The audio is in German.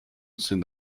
sind